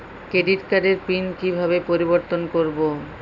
Credit কার্ডের pin কিভাবে পরিবর্তন করবো?